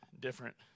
different